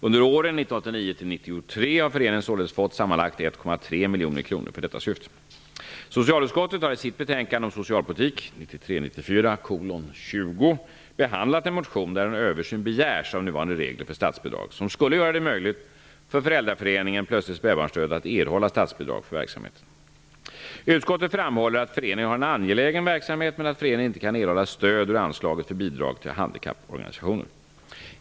Under åren 1989 till 1993 har föreningen således fått sammanlagt 1,3 miljoner kronor för detta syfte. Utskottet framhåller att föreningen har en angelägen verksamhet men att föreningen inte kan erhålla stöd ur anslaget för Bidrag till handikapporganisationer.